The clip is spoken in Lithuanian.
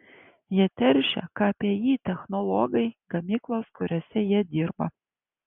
ją teršia kpi technologai gamyklos kuriose jie dirba